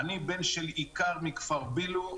אני בן של איכר מכפר בילו,